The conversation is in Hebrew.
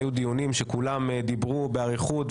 היו דיונים שבהם כולם דיברו באריכות.